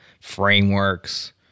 frameworks